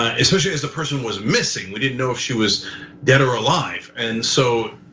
especially as the person was missing we didn't know if she was dead or alive. and so,